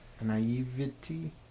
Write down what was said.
Naivety